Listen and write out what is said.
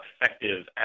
effective